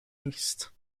east